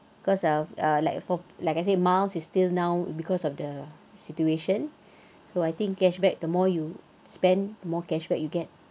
because of ah like for like I said miles is still now because of the situation so I think cash back the more you spend the more cash back you get